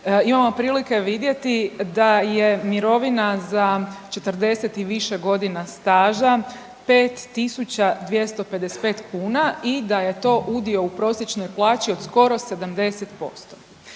imamo prilike vidjeti da je mirovina za 40 i više godina staža 5.255 kuna i da je to udio u prosječnoj plaći od skoro 70%.